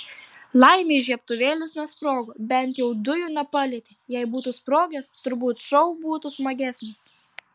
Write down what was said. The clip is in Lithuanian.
laimei žiebtuvėlis nesprogo bent jau dujų nepalietė jei būtų sprogęs turbūt šou būtų smagesnis